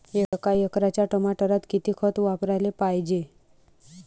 एका एकराच्या टमाटरात किती खत वापराले पायजे?